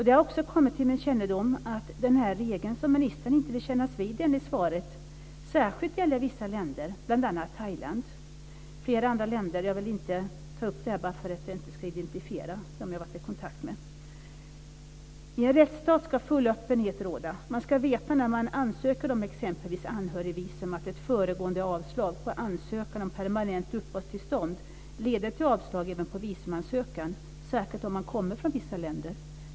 Det har också kommit till min kännedom att den här regeln, som ministern inte vill kännas vid enligt svaret, särskilt gäller vissa länder, bl.a. Thailand, men även flera andra länder som jag inte vill ta upp här för att man inte ska kunna identifiera dem jag har varit i kontakt med. I en rättsstat ska full öppenhet råda. Man ska veta när man exempelvis ansöker om ett anhörigvisum att ett föregående på ansökan om permanent uppehållstillstånd leder till avslag även på visumansökan, särskilt om man kommer från vissa länder.